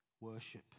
worship